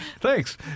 Thanks